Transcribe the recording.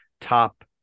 top